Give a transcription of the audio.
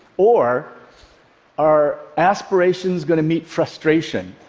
or are aspirations going to meet frustration?